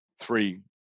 three